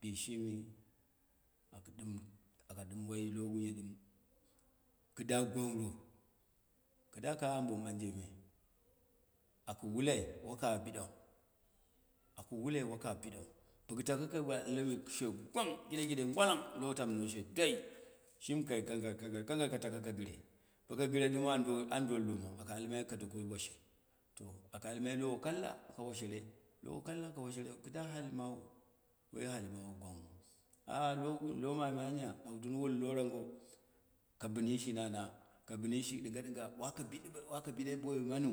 Bishi mi aka ɗɨm, aka ɗɨm wai logungo ɗɨm, kɨdə gwangro, kɨda ka ambom mɨbanje me, aku wwai waka biɗau, aku wulai waka biɗau, bokɨ taku ku wə she gwang kide kide ngwawong lo tomno she dwai shi kai kangal kangal kangal kataka ka gɨre, baka gɨre ɗɨm wando ando lumau, aka almai ka doko washi to aka almai lowo kaka ka washere, lo kako ka washere, lo kaka ka washere kɨda hahi mawu, woi hali mawu gwanghu lo gu lo manni anya bo dun wu lo rago, ka bɨni shi nana ka bɨni shi ɗɨnga waka bɨdi waka bɨɗi ma waka bɨɗɨ boi mana